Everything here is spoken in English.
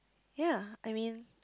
ya I mean